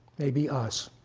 maybe us.